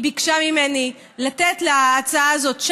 היא ביקשה ממני לתת להצעה הזאת צ'אנס,